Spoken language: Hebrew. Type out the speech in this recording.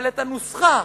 אבל באשר לנוסחה,